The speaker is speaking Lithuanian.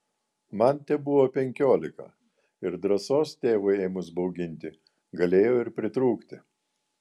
man tebuvo penkiolika ir drąsos tėvui ėmus bauginti galėjo ir pritrūkti